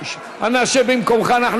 אנא שב במקומך,